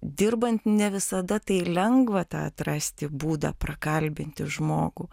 dirbant ne visada tai lengva tą atrasti būdą prakalbinti žmogų